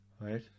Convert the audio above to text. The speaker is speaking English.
right